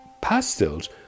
pastels